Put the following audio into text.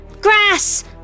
grass